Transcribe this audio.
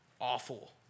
awful